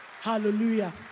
Hallelujah